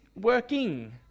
working